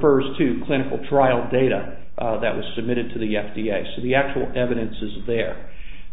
first to clinical trial data that was submitted to the f d a so the actual evidence is there